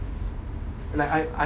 like I'm I'm